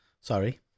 sorry